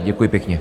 Děkuji pěkně.